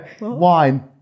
Wine